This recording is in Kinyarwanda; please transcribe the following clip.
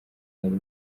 harimo